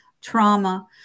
trauma